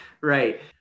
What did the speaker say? Right